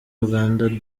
uganda